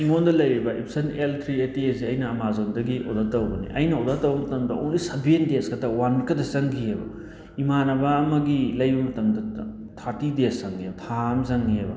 ꯑꯩꯉꯣꯟꯗ ꯂꯩꯔꯤꯕ Epson L three eighty ꯑꯩꯠꯁꯦ ꯑꯩꯅ ꯑꯃꯥꯖꯣꯟꯗꯒꯤ ꯑꯣꯔꯗꯔ ꯇꯧꯕꯤ ꯑꯩꯅ ꯑꯣꯔꯗꯔ ꯇꯧꯕ ꯃꯇꯝꯗ ꯑꯣꯡꯂꯤ ꯁꯚꯦꯟ ꯗꯦꯖ ꯈꯛꯇ ꯋꯥꯟ ꯋꯤꯛ ꯈꯛꯇ ꯆꯪꯈꯤꯌꯦꯕ ꯏꯃꯥꯟꯅꯕ ꯑꯃꯒꯤ ꯂꯩꯕ ꯃꯇꯝꯗ ꯊꯥꯔꯇꯤ ꯗꯦꯖ ꯆꯪꯉꯦꯕ ꯊꯥ ꯑꯃ ꯆꯪꯉꯦꯕ